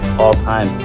all-time